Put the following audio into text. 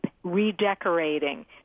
redecorating